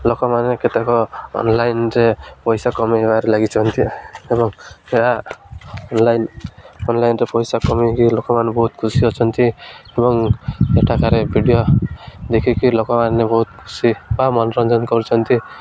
ଲୋକମାନେ କେତେକ ଅନଲାଇନ୍ର ପଇସା କମାଇବାରେ ଲାଗିଚନ୍ତି ଏବଂ ଏହା ଅନଲାଇନ୍ ଅନଲାଇନ୍ରେ ପଇସା କମାଇକି ଲୋକମାନେ ବହୁତ ଖୁସି ଅଛନ୍ତି ଏବଂ ଏଠାକାରେ ଭିଡ଼ିଓ ଦେଖିକି ଲୋକମାନେ ବହୁତ ଖୁସି ବା ମନୋରଞ୍ଜନ କରୁଛନ୍ତି